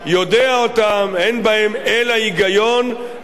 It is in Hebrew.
אין בהם אלא היגיון לטובת היישוב,